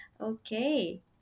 okay